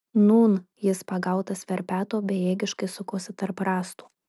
nūn jis pagautas verpeto bejėgiškai sukosi tarp rąstų